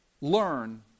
learn